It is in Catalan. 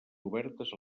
obertes